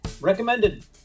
recommended